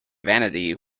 vanity